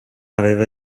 aveva